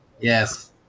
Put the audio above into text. Yes